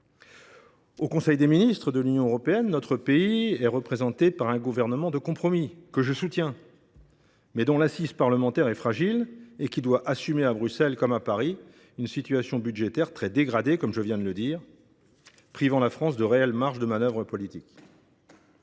Au Conseil des ministres de l’Union européenne, notre pays est représenté par un gouvernement de compromis, que je soutiens, mais dont l’assise parlementaire est fragile et qui doit assumer à Bruxelles comme à Paris une situation budgétaire très dégradée, comme je viens de le dire, privant la France de réelles marges de manœuvre politiques.